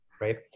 Right